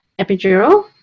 epidural